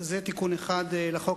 זה תיקון אחד לחוק.